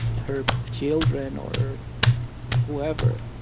her children or whoever